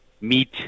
meet